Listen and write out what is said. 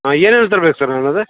ಹಾಂ ಏನೇನು ತರ್ಬೇಕು ಸರ್ ನಾನು ಅದು